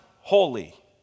holy